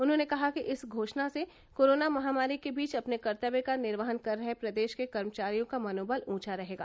उन्होंने कहा कि इस घोषणा से कोरोना महामारी के बीच अपने कर्तव्य का निर्वहन कर रहे प्रदेश के कर्मचारियों का मनोबल ऊंचा रहेगा